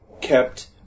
kept